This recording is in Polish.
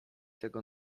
tego